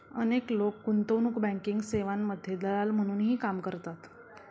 अनेक लोक गुंतवणूक बँकिंग सेवांमध्ये दलाल म्हणूनही काम करतात